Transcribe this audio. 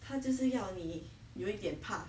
他就是要你有一点怕